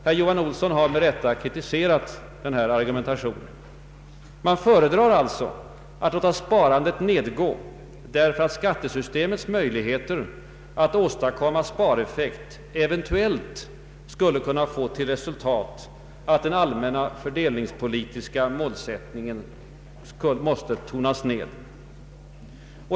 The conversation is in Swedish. Herr Johan Olsson har med rätta kritiserat denna argumentation. Man föredrar alltså att låta sparandet nedgå, därför att skattesystemets möjligheter att åstadkomma spareffekt eventuellt skulle kunna få till resultat att den allmänna fördelningspolitiska målsättningen måste tonas ned.